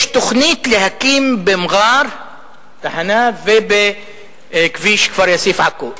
יש תוכנית להקים במע'אר תחנה ובכביש כפר-יאסיף עכו.